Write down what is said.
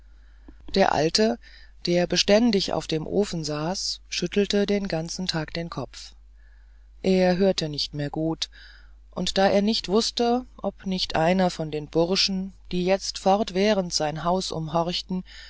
der alte der beständig auf dem ofen saß schüttelte den ganzen tag den kopf er hörte nicht mehr gut und da er nicht wußte ob nicht einer von den burschen die jetzt fortwährend sein haus